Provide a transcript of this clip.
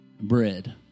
bread